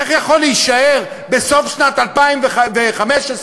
איך יכולה להישאר בסוף שנת 2015 רזרבה